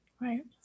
Right